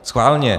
Schválně.